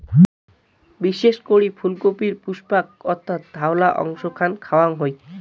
বিশেষ করি ফুলকপির পুষ্পাক্ষ অর্থাৎ ধওলা অংশ খান খাওয়াং হই